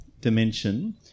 dimension